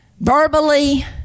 verbally